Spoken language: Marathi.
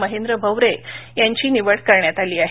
महेंद्र भवरे यांची निवड करण्यात आली आहे